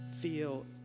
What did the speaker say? feel